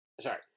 sorry